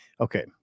Okay